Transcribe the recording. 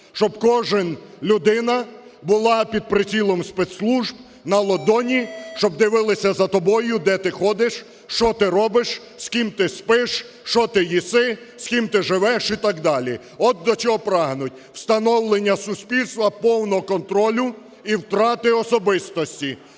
щоб кожна людина була під прицілом спецслужб на долоні, щоб дивилися за тобою, де ти ходиш, що ти робиш, з ким ти спиш, що ти їси, з ким ти живеш і так далі. От до чого прагнуть: встановлення суспільства повного контролю і втрати особистості.